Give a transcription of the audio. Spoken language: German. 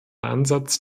ansatz